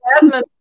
Jasmine